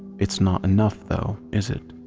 it's not enough though, is it?